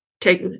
take